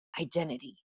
identity